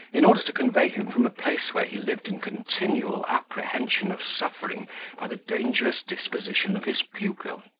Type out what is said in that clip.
in order to convey him from a place where he lived in continual apprehension of suffering by the dangerous disposition of his pupil.